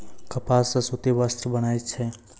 कपास सॅ सूती वस्त्र बनै छै